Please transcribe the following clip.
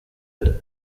jeune